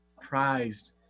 prized